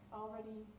already